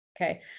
Okay